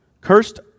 cursed